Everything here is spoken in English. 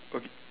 okay